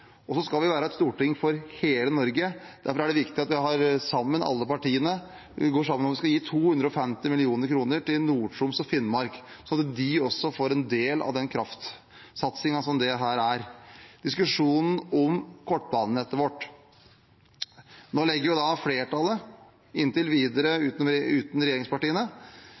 viktig at vi, alle partiene, går sammen om å gi 250 mill. kr til Nord-Troms og Finnmark, slik at de også får en del av den kraftsatsingen som dette er. Til diskusjonen om kortbanenettet vårt: Det flertallet legger fram, er inntil videre uten støtte fra regjeringspartiene. Jeg håper at også regjeringspartiene